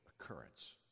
occurrence